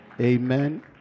amen